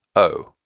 oh,